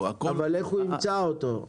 אבל איך הוא ימצא אותו?